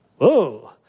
Whoa